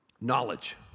Knowledge